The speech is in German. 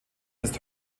ist